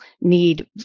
need